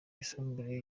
yisumbuye